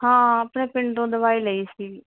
ਹਾਂ ਆਪਣੇ ਪਿੰਡੋਂ ਦਵਾਈ ਲਈ ਸੀ